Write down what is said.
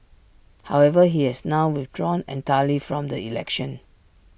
however he has now withdrawn entirely from the election